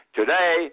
today